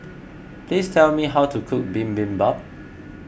please tell me how to cook Bibimbap